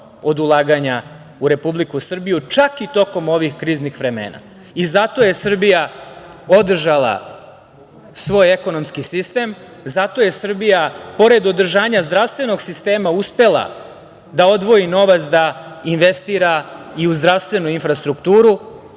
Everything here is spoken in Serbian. od ulaganja u Republiku Srbiju, čak i tokom ovih kriznih vremena. Zato je Srbija održala svoj ekonomski sistem, zato je Srbija pored održanja zdravstvenog sistema uspela da odvoji novac da investira i u zdravstvenu infrastrukturu,